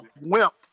wimp